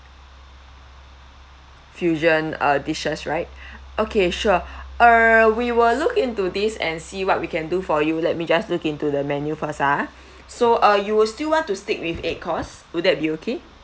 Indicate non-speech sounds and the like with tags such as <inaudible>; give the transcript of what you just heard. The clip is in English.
fusion uh dishes right <breath> okay sure <breath> err we will look into this and see what we can do for you let me just look into the menu first ah <breath> so uh you will still want to stick with eight course will that be okay